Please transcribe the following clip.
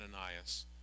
Ananias